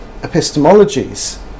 epistemologies